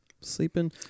Sleeping